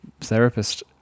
therapist